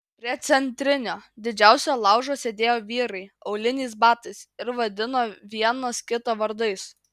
prie centrinio didžiausio laužo sėdėjo vyrai auliniais batais ir vadino vienas kitą vardais